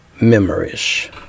memories